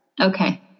Okay